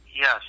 Yes